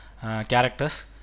characters